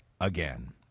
again